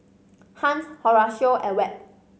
Hunt Horacio and Webb